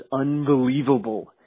unbelievable